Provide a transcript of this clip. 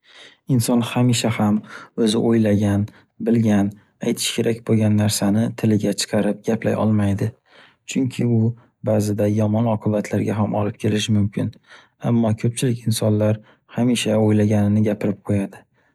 Inson hamisha ham o’zi o’ylagan, bilgan, aytishi kerak bo’lgan narsani tiliga chiqarib gaplay olmaydi. Chunki u ba’zan yomon oqibatlarga olib kelishi mumkin. Ammo ko’pchilik insonlar hamisha o’ylaganini gapirib qo’yadi.